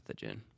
pathogen